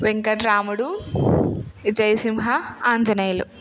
Venkat Ramudu Vijayasimha Anjaneyulu